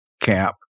Cap